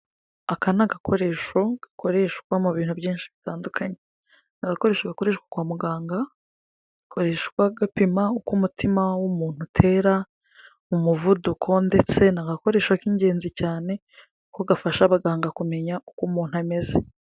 Aka ni agakoresho gakoreshwa mu bintu byinshi bitandukanye, agakoresho gakoreshwa kwa muganga, gakoreshwa gapima uko umutima w'umuntu utera, umuvuduko, ndetse ni agakoresho k'ingenzi cyane kuko gafasha abaganga kumenya uko umuntu ameze.